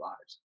lives